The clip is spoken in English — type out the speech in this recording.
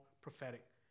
prophetic